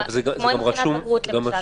כמו עם בחינת בגרות, למשל.